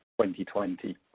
2020